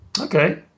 Okay